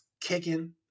kicking